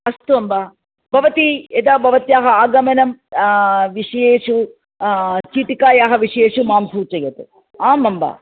अस्तु अम्ब भवती यदा भवत्याः आगमनं विषयेषु चीटिकायाः विषयेषु मां सूचयतु आम् अम्ब